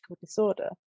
disorder